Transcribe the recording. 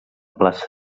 plaça